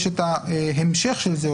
יש את ההמשך של זה,